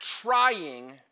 trying